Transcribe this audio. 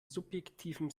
subjektiven